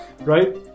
right